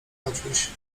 maciuś